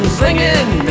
singing